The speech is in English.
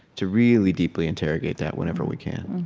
to really deeply interrogate that whenever we can